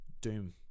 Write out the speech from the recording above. Doom